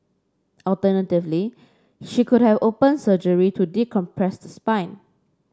alternatively she could have open surgery to decompress the spine